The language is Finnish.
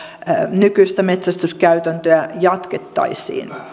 nykyistä metsästyskäytäntöä jatkettaisiin